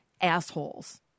assholes